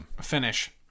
finish